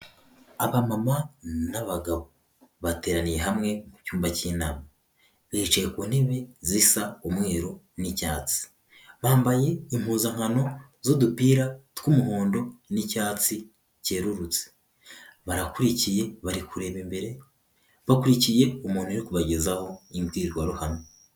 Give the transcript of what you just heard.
Abamama n'abagabo bateraniye hamwe mu cyumba k'inama, bicaye ku ntebe zisa umweru n'icyatsi, bambaye impuzankano z'udupira tw'umuhondo n'icyatsi cyerurutse, barakurikiye bari kureba imbere, bakurikiye umuntu uri kubagezaho imbwirwaruhame.